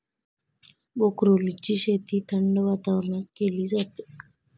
ब्रोकोलीची शेती थंड वातावरणात केली जाते